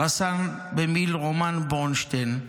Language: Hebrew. רס"ן במיל' רומן ברונשטיין,